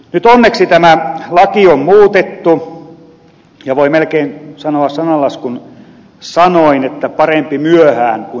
nyt onneksi tämä laki on muutettu ja voi melkein sanoa sananlaskun sanoin että parempi myöhään kuin ei milloinkaan